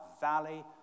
valley